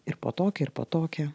ir po tokią ir po tokią